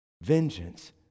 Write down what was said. vengeance